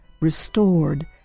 restored